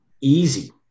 easy